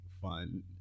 fun